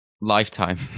lifetime